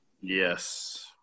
Yes